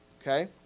Okay